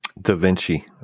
DaVinci